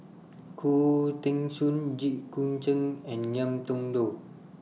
Khoo Teng Soon Jit Koon Ch'ng and Ngiam Tong Dow